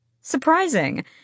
Surprising